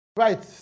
Right